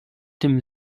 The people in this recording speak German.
dem